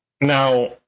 Now